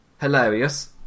hilarious